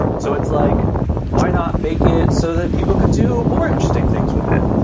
so, it's like why not make it so that people could do more interesting things with it?